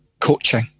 coaching